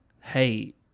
hey